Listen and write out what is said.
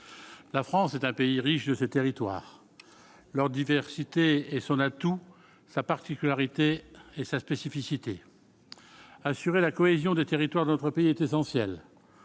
la France est un pays riche de ces territoires, leur diversité et son atout sa particularité et sa spécificité, assurer la cohésion des territoires de notre pays est essentiel